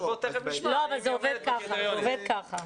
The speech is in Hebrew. זה עובד ככה.